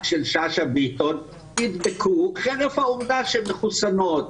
של שאשא ביטון נדבקו חרף העובדה שהן מחוסנות.